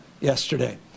yesterday